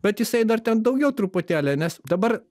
bet jisai dar ten daugiau truputėlį nes dabar